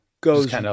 goes